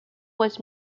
was